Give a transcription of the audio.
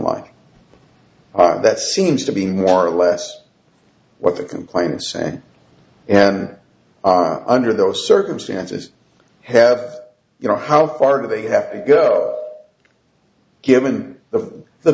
life that seems to be more or less what the complaining say and under those circumstances have you know how far they have to go given the the